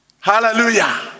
Hallelujah